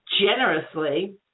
generously